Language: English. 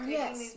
Yes